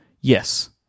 yes